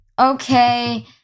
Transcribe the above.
okay